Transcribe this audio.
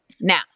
Now